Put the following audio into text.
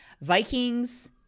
vikings